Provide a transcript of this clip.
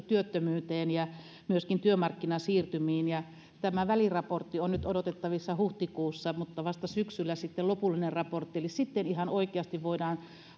työttömyyteen ja myöskin työmarkkinasiirtymiin ja tämä väliraportti on nyt odotettavissa huhtikuussa mutta vasta syksyllä sitten lopullinen raportti eli sitten ihan oikeasti voidaan